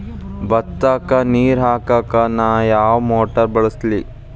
ಭತ್ತಕ್ಕ ನೇರ ಹಾಕಾಕ್ ನಾ ಯಾವ್ ಮೋಟರ್ ಬಳಸ್ಲಿ?